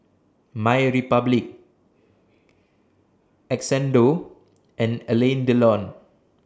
MyRepublic Xndo and Alain Delon